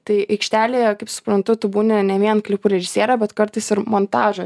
tai aikštelėje kaip suprantu tu būni ne vien klipų režisierė bet kartais ir montažo